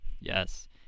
Yes